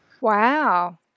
Wow